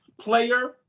player